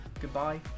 goodbye